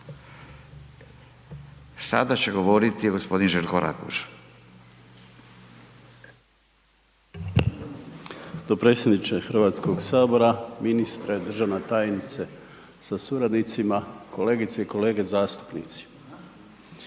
Sada će govoriti g. Željko Raguž.